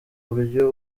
buryo